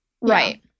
right